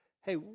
hey